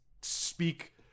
speak